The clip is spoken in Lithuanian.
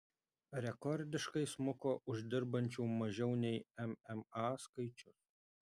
rekordiškai smuko uždirbančių mažiau nei mma skaičius